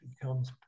becomes